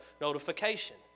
notification